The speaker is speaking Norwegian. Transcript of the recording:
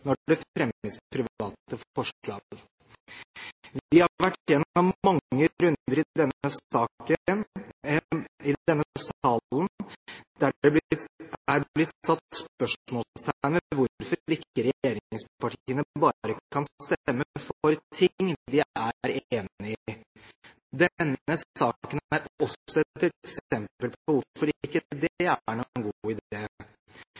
når det fremmes private forslag. Vi har vært igjennom mange runder i denne salen der det er blitt satt spørsmålstegn ved hvorfor ikke regjeringspartiene bare kan stemme for ting de er enig i. Denne saken er også et eksempel på hvorfor det ikke